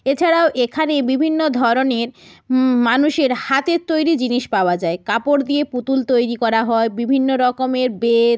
এছাড়াও এখানে বিভিন্ন ধরনের মানুষের হাতের তৈরি জিনিস পাওয়া যায় কাপড় দিয়ে পুতুল তৈরি করা হয় বিভিন্ন রকমের বেত